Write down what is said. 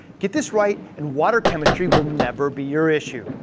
get this right and water chemistry will never be your issue.